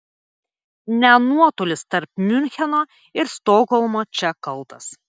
ne nuotolis tarp miuncheno ir stokholmo čia kaltas